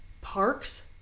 parks